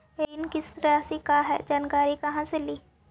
ऋण किस्त रासि का हई जानकारी कहाँ से ली?